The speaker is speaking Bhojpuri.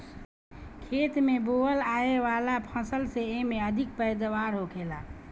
खेत में बोअल आए वाला फसल से एमे अधिक पैदावार होखेला